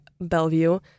bellevue